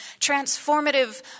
transformative